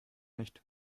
nicht